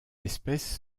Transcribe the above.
espèce